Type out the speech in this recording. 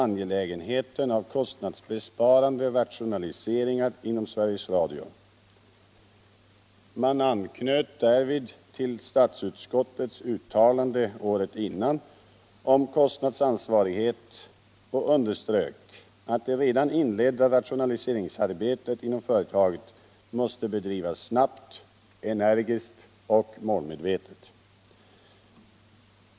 angelägenheten av kostnadsbesparande rationaliseringar inom Sveriges Radio. Man anknöt därvid till statsutskottets uttalande året innan om kostnadsansvarighet och underströk att det redan inledda rationaliseringsarbetet inom företaget måste bedrivas snabbt, energiskt och målmedvetet.